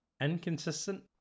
inconsistent